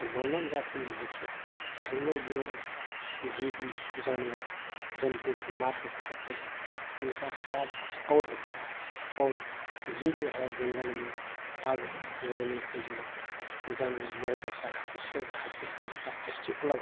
तो मानव जाति ने देखे कि हम लोग जो जीव जानवर जन्तु को मार के खाते हैं इनका स्वाद कुछ और होता है और यह जो है जंगल में आग लगने से जो जानवर मर जाता है उसको ये खाते हैं तो उसका टेस्ट ही अलग